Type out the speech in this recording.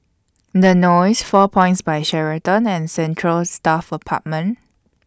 The Knolls four Points By Sheraton and Central Staff Apartment